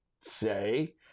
say